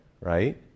right